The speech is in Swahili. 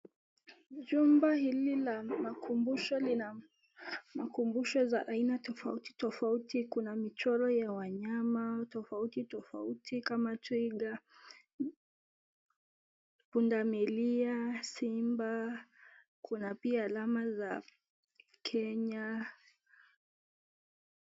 Jumba hili la makumbusho lina makumbusho za aina tofauti tofauti, kuna michoro ya wanyama tofauti tofauti kama twiga, pundamilia, simba kuna pia alama za Kenya.